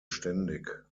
ständig